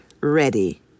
ready